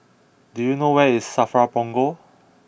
do you know where is Safra Punggol